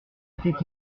était